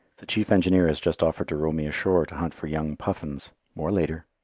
the chief engineer has just offered to row me ashore to hunt for young puffins. more later.